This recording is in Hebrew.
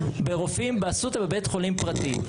ברופאים באסותא בבית חולים פרטי.